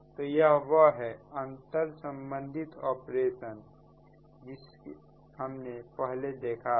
तो यह वह अंतरसंबंधित ऑपरेशन है जिसे हमने पहले देखा है